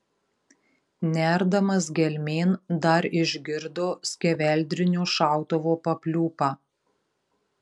nerdamas gelmėn dar išgirdo skeveldrinio šautuvo papliūpą